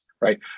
right